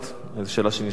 זאת שאלה שנשאלה אז,